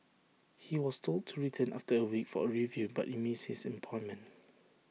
he was told to return after A week for A review but he missed his appointment